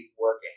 working